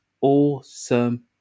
awesome